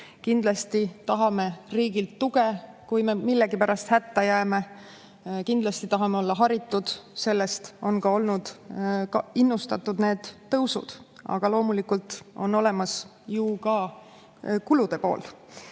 Kindlasti soovime riigilt tuge, kui me millegipärast hätta jääme. Ja muidugi tahame olla haritud. Sellest on ka olnud ajendatud need tõusud. Aga loomulikult on olemas ju ka tulude pool.